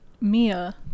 MIA